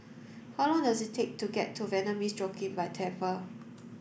how long does it take to get to Vanda Miss Joaquim by